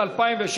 תודה, אדוני.